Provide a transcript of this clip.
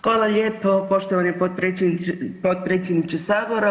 Hvala lijepo poštovani potpredsjedniče sabora.